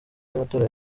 y’amatora